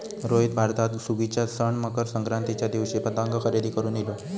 रोहित भारतात सुगीच्या सण मकर संक्रांतीच्या दिवशी पतंग खरेदी करून इलो